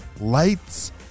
Lights